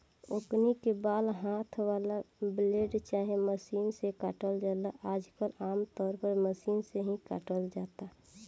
ओकनी के बाल हाथ वाला ब्लेड चाहे मशीन से काटल जाला आजकल आमतौर पर मशीन से ही काटल जाता